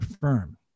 firm